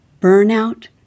burnout